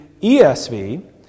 ESV